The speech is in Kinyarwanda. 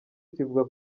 kivuga